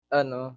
ano